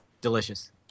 Delicious